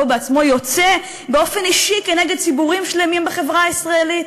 ובעצמו יוצא באופן אישי נגד ציבורים שלמים בחברה הישראלית,